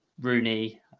Rooney